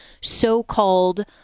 so-called